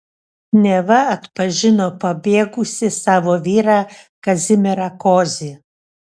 neva atpažino pabėgusį savo vyrą kazimierą kozį